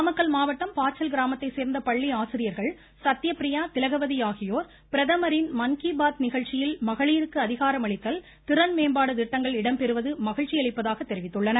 நாமக்கல் மாவட்டம் பாச்சல் கிராமத்தைச் சேர்ந்த பள்ளி ஆசிரியர்கள் சத்யபிரியா திலகவதி ஆகியோர் பிரதமரின் மன் கி பாத் நிகழ்ச்சியில் மகளிருக்கு அதிகாரமளித்தல் திறன் மேம்பாடு திட்டங்கள் இடம்பெறுவது மகிழ்ச்சி அளிப்பதாக தெரிவித்துள்ளனர்